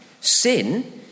sin